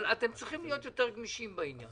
אבל אתם צריכים להיות יותר גמישים בעניין.